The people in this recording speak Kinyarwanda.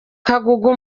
kagugu